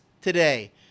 today